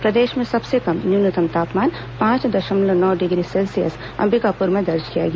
प्रदेश में सबसे कम न्यूनतम तापमान पांच दशमलव नौ डिग्री सेल्सियस अंबिकापुर में दर्ज किया गया